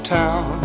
town